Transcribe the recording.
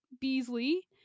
Beasley